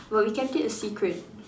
well we kept it a secret